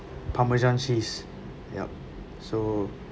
parmesan cheese yup so